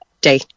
day